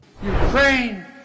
Ukraine